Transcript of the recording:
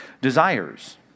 Desires